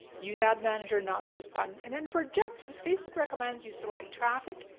use ad manager, not the boost button. and then for objectives, facebook recommends you select traffic,